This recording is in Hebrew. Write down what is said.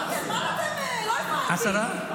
עשרה?